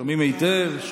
שומעים היטב.